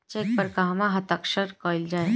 Check पर कहवा हस्ताक्षर कैल जाइ?